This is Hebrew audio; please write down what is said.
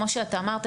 כמו שאתה אמרת,